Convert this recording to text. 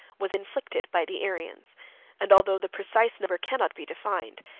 was inflicted by the arians and although the precise number cannot be defined,